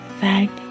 thank